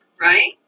right